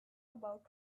about